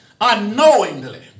unknowingly